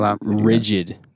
rigid